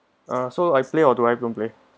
uh so I play or do I don't play